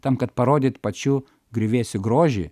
tam kad parodyt pačiu griuvėsių grožį